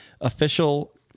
Official